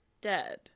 dead